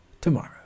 tomorrow